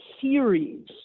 series